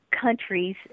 countries